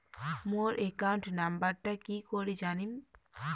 মোর account নাম্বারটা কি করি জানিম?